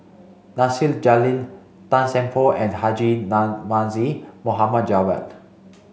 Nasir Jalil Tan Seng Poh and Haji Namazie Mohd Javad